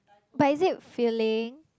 but is it feeling